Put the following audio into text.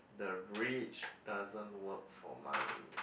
the rich doesn't work for money